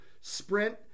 sprint